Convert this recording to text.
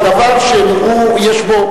זה דבר שיש בו,